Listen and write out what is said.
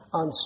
on